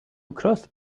cross